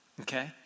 Okay